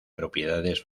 propiedades